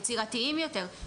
יצירתיים יותר,